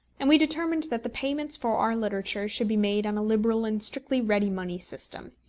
and we determined that the payments for our literature should be made on a liberal and strictly ready-money system.